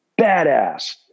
badass